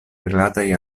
rilataj